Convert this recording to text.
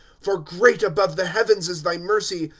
for great above the heavens is thy mercy,